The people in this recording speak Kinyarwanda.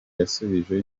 yasubijwe